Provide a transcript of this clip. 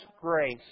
grace